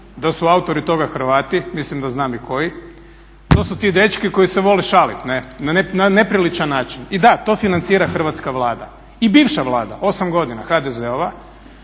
da su autori toga Hrvati, mislim da znam i koji. To su ti dečki koji se vole šalit na nepriličan način. I da to financira Hrvatska vlada i bivša Vlada 8 godina HDZ-ova,